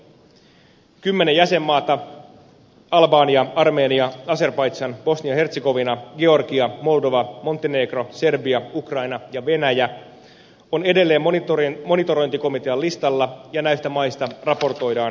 kymmenen jäsenmaata albania armenia azerbaidzhan bosnia ja hertsegovina georgia moldova montenegro serbia ukraina ja venäjä on edelleen monitorointikomitean listalla ja näistä maista raportoidaan säännöllisin väliajoin